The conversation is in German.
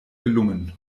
gelungen